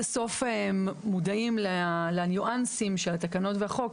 הסוף מודעים לניואנסים של התקנות והחוק,